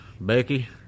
Becky